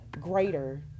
greater